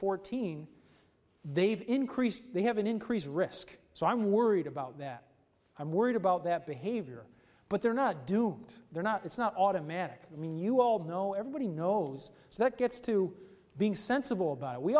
fourteen they've increased they have an increased risk so i'm worried about that i'm worried about that behavior but they're not doomed they're not it's not automatic i mean you all know everybody knows that gets to being sensible but we